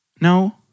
No